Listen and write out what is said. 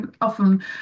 Often